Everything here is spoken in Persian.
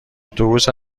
اتوبوس